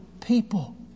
people